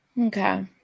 Okay